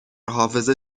حافظه